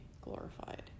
glorified